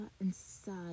inside